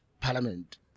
parliament